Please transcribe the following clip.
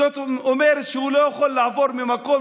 זאת אומרת שהוא לא יכול לעבור ממקום